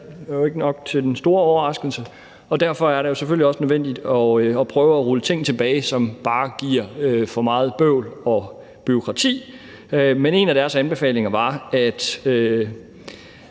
Det hører nok ikke til den store overraskelse. Derfor er det selvfølgelig også nødvendigt at prøve at rulle ting tilbage, som bare giver for meget bøvl og bureaukrati. Men en af arbejdsgruppens anbefalinger var, at